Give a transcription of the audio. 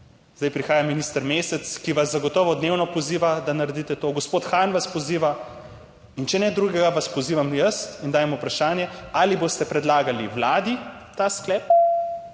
Zdaj prihaja minister Mesec, ki vas zagotovo dnevno poziva, da naredite to, gospod Han vas poziva, in če ne drugega, vas pozivam jaz in dajem vprašanje, ali boste predlagali Vladi ta sklep,